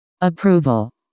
Approval